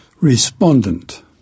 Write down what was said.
Respondent